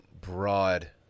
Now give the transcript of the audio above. broad